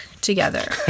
together